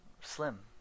slim